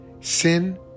Sin